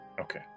Okay